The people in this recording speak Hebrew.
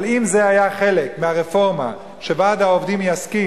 אבל אם זה היה חלק מהרפורמה, שוועד העובדים יסכים,